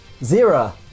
Zira